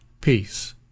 peace